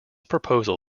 proposal